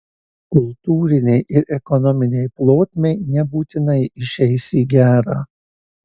kultūrinei ir ekonominei plotmei nebūtinai išeis į gerą